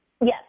Yes